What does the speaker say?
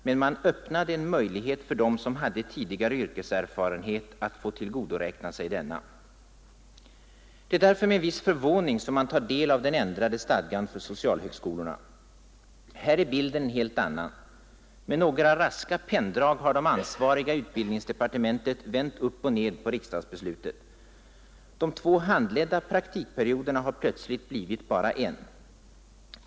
Men utskottet öppnade en möjlighet för dem som hade tidigare yrkeserfarenhet att få tillgodoräkna sig denna. Det är därför med en viss förvåning som man tar del av den ändrade stadgan för socialhögskolorna. Här är bilden en helt annan. Med några raska penndrag har de ansvariga i utbildningsdepartementet vänt upp och ned på riksdagsbeslutet. De två handledda praktikperioderna har plötsligt blivit bara en.